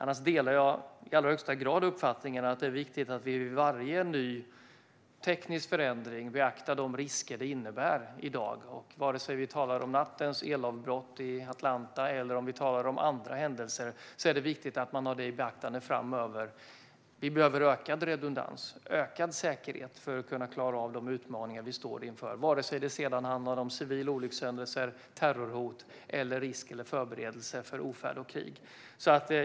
Jag delar i allra högsta grad uppfattningen att det är viktigt att vi vid varje ny teknisk förändring beaktar de risker den innebär i dag. Oavsett om vi talar om nattens elavbrott i Atlanta eller om andra händelser är det viktigt att man har detta i beaktande framöver. Vi behöver ökad redundans och säkerhet för att kunna klara av de utmaningar vi står inför, oavsett om det handlar om civila olyckshändelser, terrorhot eller risk eller förberedelse för ofärd och krig.